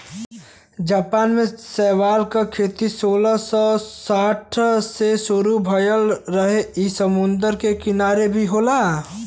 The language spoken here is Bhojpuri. जापान में शैवाल के खेती सोलह सौ साठ से शुरू भयल रहे इ समुंदर के किनारे भी होला